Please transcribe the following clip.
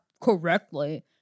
correctly